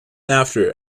after